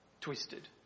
twisted